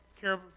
care